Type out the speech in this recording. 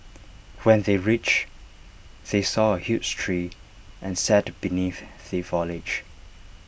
when they reached they saw A huge tree and sat beneath the foliage